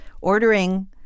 ordering